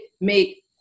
make